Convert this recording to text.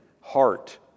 Heart